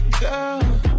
girl